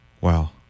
Wow